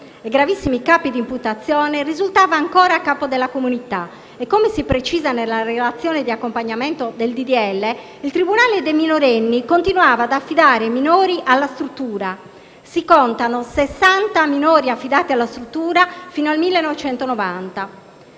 gravissimi capi di imputazione, risultava ancora a capo della comunità e - come si precisa nella relazione di accompagnamento del disegno di legge - il tribunale dei minorenni continuava ad affidare minori alla struttura: si contano 60 minori affidati alla struttura fino al 1990.